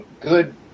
good